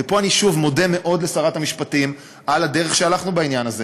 ופה אני שוב מודה מאוד לשרת המשפטים על הדרך שהלכנו בעניין הזה,